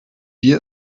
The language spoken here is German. wir